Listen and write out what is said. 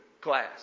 class